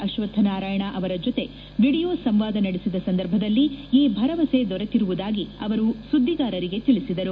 ಅಶ್ವತ್ತ ನಾರಾಯಣ ಜತೆ ವೀಡಿಯೋ ಸಂವಾದ ನಡೆಸಿದ ಸಂದರ್ಭದಲ್ಲಿ ಈ ಭರವಸೆ ದೊರತಿರುವುದಾಗಿ ಅವರು ಸುದ್ದಿಗಾರರಿಗೆ ತಿಳಿಸಿದರು